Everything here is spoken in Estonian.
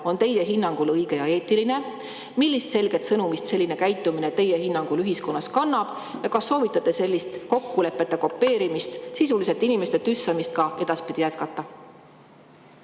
on teie hinnangul õige ja eetiline? Millist selget sõnumit selline käitumine teie hinnangul ühiskonnas kannab? Kas te soovite sellist kokkuleppeta kopeerimist – sisuliselt inimeste tüssamist – ka edaspidi jätkata?